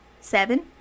seven